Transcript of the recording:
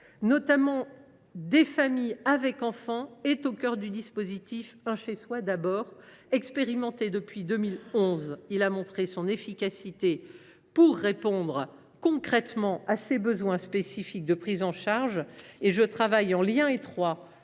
dans les familles avec enfants, est au cœur du dispositif « Un chez soi d’abord », qui, expérimenté depuis 2011, a prouvé toute son efficacité pour répondre concrètement à ces besoins spécifiques de prise en charge. Je travaille en lien étroit